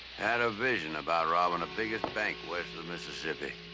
had a vision about robbing the biggest bank west of the mississippi.